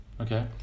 okay